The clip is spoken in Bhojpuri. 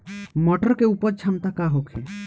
मटर के उपज क्षमता का होखे?